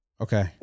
Okay